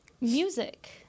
Music